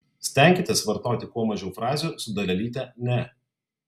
stenkitės vartoti kuo mažiau frazių su dalelyte ne